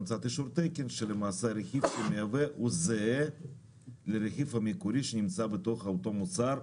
יש להם מרכיב מאוד מאוד חשוב ביעילות של המסחר,